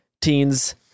teens